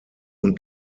und